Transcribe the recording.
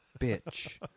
bitch